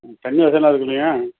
ம் தண்ணி வசதியெல்லாம் இருக்கும் இல்லையா